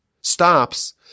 stops